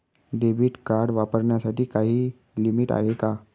Debit card वापरण्यासाठी काही limit आहे का?